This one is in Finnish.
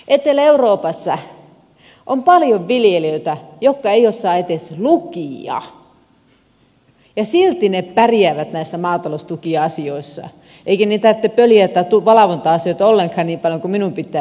etelä euroopassa on paljon viljelijöitä jotka eivät osaa edes lukea ja silti he pärjäävät näissä maataloustukiasioissa eikä heidän tarvitse peljätä valvonta asioita ollenkaan niin paljon kuin minun pitää peljätä